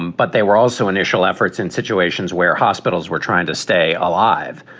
um but there were also initial efforts in situations where hospitals were trying to stay alive.